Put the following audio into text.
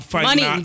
Money